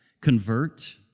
convert